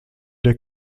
der